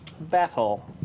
Battle